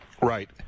Right